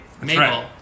Mabel